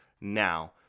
now